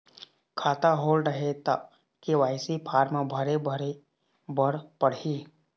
खाता होल्ड हे ता के.वाई.सी फार्म भरे भरे बर पड़ही?